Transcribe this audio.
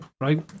right